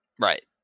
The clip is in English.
Right